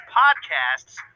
podcasts